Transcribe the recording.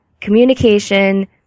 communication